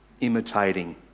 imitating